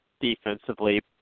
defensively